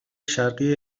شرقی